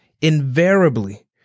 Invariably